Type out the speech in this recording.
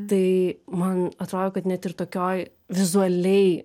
tai man atrodo kad net ir tokioj vizualiai